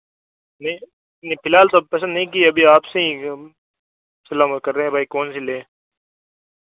नहीं नहीं फ़िलहाल तो अब पसंद नहीं की अभी आपसे ही जो हम सलाह कर रहे हैं भाई कौनसी ले